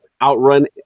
Outrun